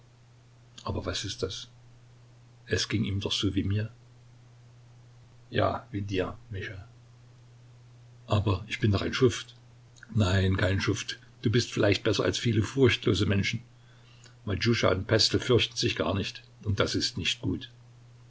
aber was ist das es ging ihm doch so wie mir ja wie dir mischa aber ich bin doch ein schuft nein kein schuft du bist vielleicht besser als viele furchtlose menschen matjuscha und pestel fürchten sich gar nicht und das ist nicht gut